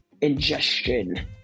ingestion